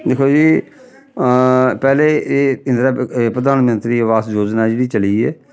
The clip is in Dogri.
दिक्खो जी पैह्लें एह् इंदिरा प्रधानमंत्री आवास योजना जेह्ड़ी चली ऐ